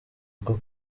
rwo